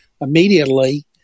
immediately